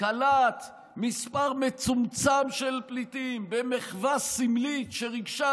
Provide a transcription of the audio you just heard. קלט מספר מצומצם של פליטים במחווה סמלית שריגשה,